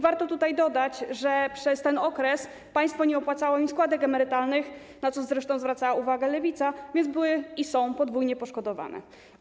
Warto dodać, że przez ten okres państwo nie opłacało im składek emerytalnych, na co zresztą zwracała uwagę Lewica, więc osoby te były i są podwójnie poszkodowane.